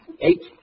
Eight